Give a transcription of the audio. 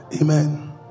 Amen